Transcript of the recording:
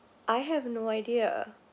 I have no idea